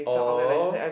oh